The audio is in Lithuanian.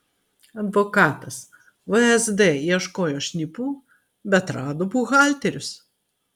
advokatas vsd ieškojo šnipų bet rado buhalterius